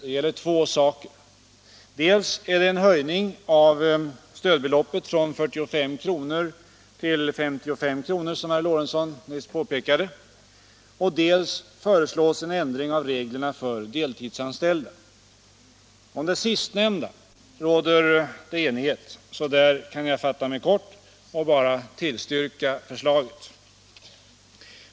Det gäller två saker: Dels en höjning av stödbeloppet från 45 till 55 kr., som herr Lorentzon nyss påpekade, dels en ändring av reglerna för deltidsanställda. Om det sistnämnda råder enighet, och jag kan därför fatta mig kort på den punkten och bara tillstyrka förslaget.